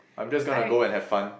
I'm just gonna go and have fun